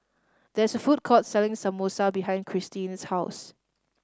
there is a food court selling Samosa behind Christene's house